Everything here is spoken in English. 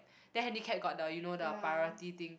then handicap got the you know the priority thing